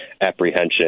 apprehension